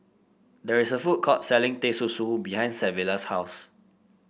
there is a food court selling Teh Susu behind Savilla's house